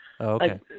Okay